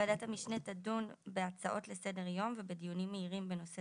ועדת המשנה תדון בהצעות לסדר היום ובדיונים מהירים בנושא